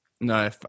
No